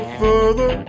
further